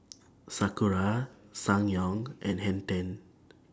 Sakura Ssangyong and Hang ten